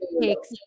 takes